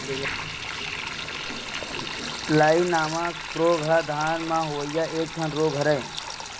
लाई नामक रोग ह धान म होवइया एक ठन रोग हरय